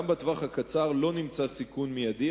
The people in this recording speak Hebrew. גם בטווח הקצר לא נמצא סיכון מיידי,